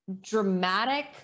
dramatic